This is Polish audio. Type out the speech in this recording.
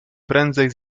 prędzej